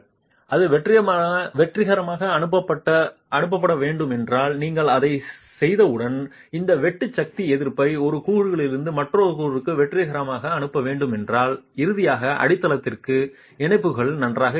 அது வெற்றிகரமாக அனுப்பப்பட வேண்டும் என்றால் நீங்கள் அதைச் செய்தவுடன் அந்த வெட்டு சக்தி எதிர்ப்பை ஒரு கூறுகளிலிருந்து மற்றொன்றுக்கு வெற்றிகரமாக அனுப்ப வேண்டும் என்றால் இறுதியாக அடித்தளத்திற்கு இணைப்புகள் நன்றாக இருக்க வேண்டும்